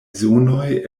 zonoj